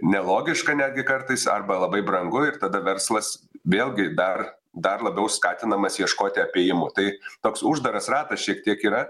nelogiška netgi kartais arba labai brangu ir tada verslas vėlgi dar dar labiau skatinamas ieškoti apėjimų tai toks uždaras ratas šiek tiek yra